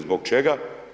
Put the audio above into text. Zbog čega?